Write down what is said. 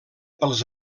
pels